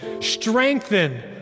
Strengthen